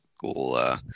cool